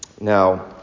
Now